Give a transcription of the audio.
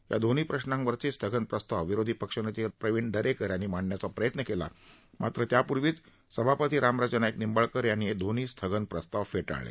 या दोन्ही प्रश्नांवरचे स्थगन प्रस्ताव विरोधी पक्षनेते प्रवीण दरेकर यांनी मांडण्याचा प्रयत्न केला मात्र त्यापूर्वीच सभापती रामराजे नाईक निंबाळकर यांनी हे दोन्ही स्थगन प्रस्ताव फेटाळले